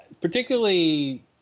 particularly